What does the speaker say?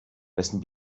wessen